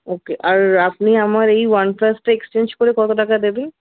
ওকে আর আপনি আমার এই ওয়ান প্লাসটা এক্সচেঞ্জ করে কত টাকা দেবেন